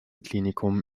klinikum